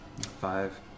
five